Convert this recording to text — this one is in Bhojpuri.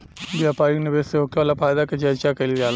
व्यापारिक निवेश से होखे वाला फायदा के चर्चा कईल जाला